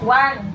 one